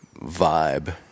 vibe